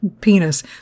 penis